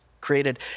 created